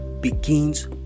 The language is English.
begins